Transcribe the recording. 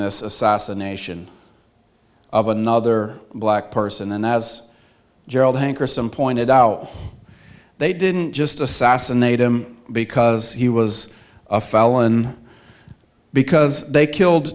this assassination of another black person and as gerald hankerson pointed out they didn't just assassinate him because he was a felon because they killed